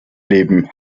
leben